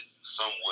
somewhat